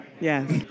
Yes